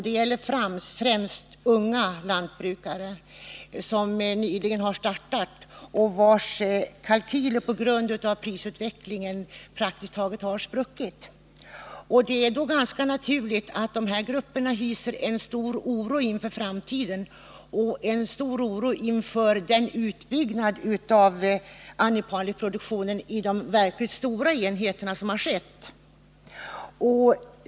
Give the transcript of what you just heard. Det gäller främst unga lantbrukare, som nyligen har startat och vilkas kalkyler på grund av prisutvecklingen praktiskt taget spruckit. Det är då ganska naturligt att dessa grupper hyser stor oro inför framtiden och inför den utbyggnad som skett av animalieproduktionen i de verkligt stora enheterna.